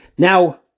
Now